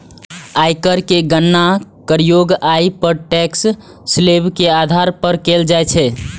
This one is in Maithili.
आयकर के गणना करयोग्य आय पर टैक्स स्लेब के आधार पर कैल जाइ छै